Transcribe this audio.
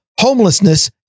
homelessness